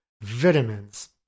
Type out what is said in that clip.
Vitamins